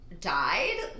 died